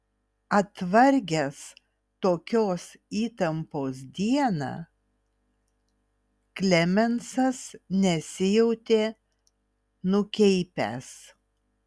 atvargęs tokios įtampos dieną klemensas nesijautė nukeipęs